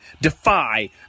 Defy